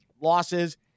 losses